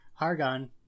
Hargon